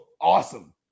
awesome